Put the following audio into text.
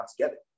together